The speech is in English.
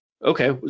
okay